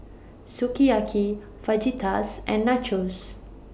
Sukiyaki Fajitas and Nachos